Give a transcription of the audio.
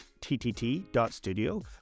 ttt.studio